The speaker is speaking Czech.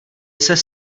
ses